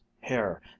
hair